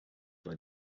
war